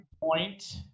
point